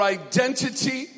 identity